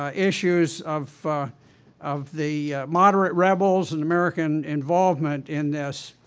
ah issues of of the moderate rebels and american involvement in this.